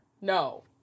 No